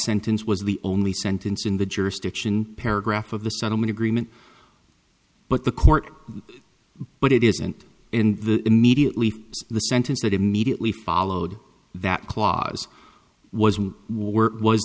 sentence was the only sentence in the jurisdiction paragraph of the settlement agreement but the court but it isn't and the immediately the sentence that immediately followed that clause wasn't work was